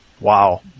Wow